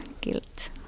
guilt